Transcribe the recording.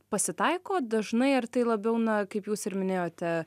pasitaiko dažnai ar tai labiau na kaip jūs ir minėjote